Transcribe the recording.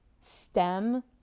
stem